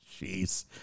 Jeez